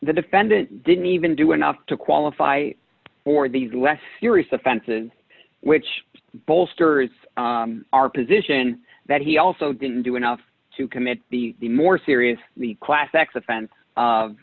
the defendant didn't even do enough to qualify for these less serious offenses which bolsters our position that he also didn't do enough to commit the more serious the class sex offense of